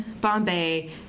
Bombay